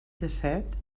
dèsset